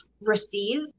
receive